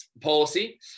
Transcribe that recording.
policy